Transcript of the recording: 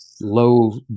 low